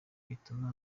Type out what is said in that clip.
bituma